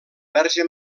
verge